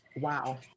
Wow